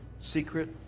secret